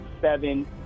seven